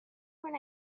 when